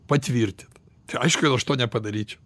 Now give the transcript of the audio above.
patvirtint tai aišku kad aš to nepadaryčiau